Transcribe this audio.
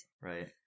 Right